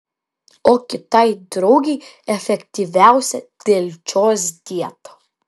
o kitai draugei efektyviausia delčios dieta